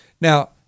now